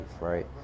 right